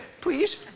please